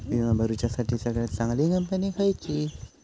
विमा भरुच्यासाठी सगळयात चागंली कंपनी खयची?